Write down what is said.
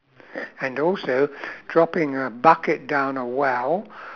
and also dropping a bucket down a well